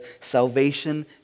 Salvation